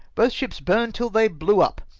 both ships burned till they blew up,